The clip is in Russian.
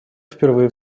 впервые